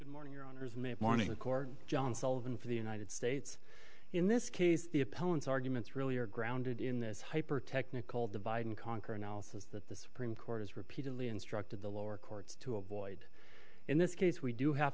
morning your owners in the morning the court john sullivan for the united states in this case the appellants arguments really are grounded in this hyper technical divide and conquer analysis that the supreme court has repeatedly instructed the lower courts to avoid in this case we do have